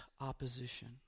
opposition